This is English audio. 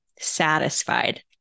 satisfied